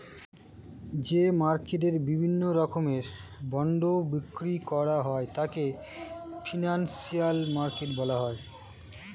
যে মার্কেটে বিভিন্ন রকমের বন্ড বিক্রি করা হয় তাকে ফিনান্সিয়াল মার্কেট বলা হয়